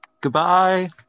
Goodbye